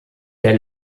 der